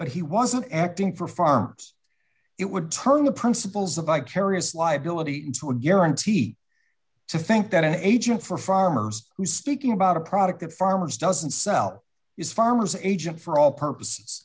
but he wasn't acting for farms it would turn the principles of vicarious liability into a guarantee to think that an agent for farmers who speaking about a product that farmers doesn't sell is farmers agent for all purposes